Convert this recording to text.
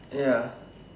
ya